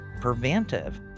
preventive